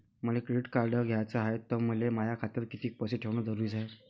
मले credit card घ्याचं हाय, त मले माया खात्यात कितीक पैसे ठेवणं जरुरीच हाय?